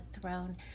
throne